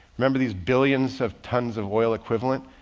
remember these billions of tons of oil equivalent.